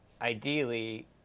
ideally